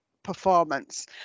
performance